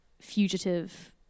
fugitive